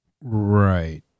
Right